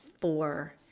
four